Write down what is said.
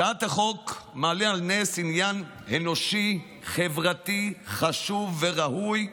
הצעת החוק מעלה על נס עניין אנושי חברתי חשוב וראוי,